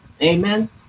Amen